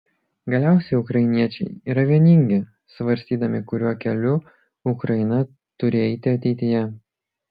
galiausiai ukrainiečiai yra vieningi svarstydami kuriuo keliu ukraina turi eiti ateityje